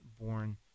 born